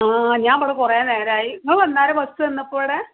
ആ ഞാനിവടെ കുറെ നേരമായി ഇങ്ങൾ വന്നായിരുന്നോ ബെസ്സ് വന്നപ്പിവിടെ